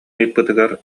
ыйыппытыгар